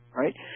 right